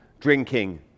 drinking